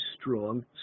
strong